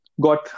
got